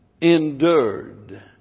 endured